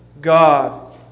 God